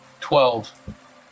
Twelve